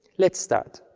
let's start.